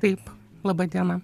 taip laba diena